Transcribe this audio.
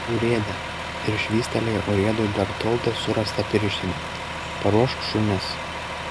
urėde ir švystelėjo urėdui bertoldo surastą pirštinę paruošk šunis